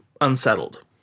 unsettled